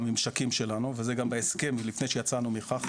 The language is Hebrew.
וזה גם בהסכם לפני שיצאנו מחח"י,